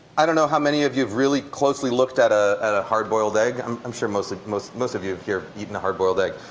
i don't know how many of you've really closely looked at ah at a hard boiled egg. i'm um sure most most of you here eaten a hard boiled egg.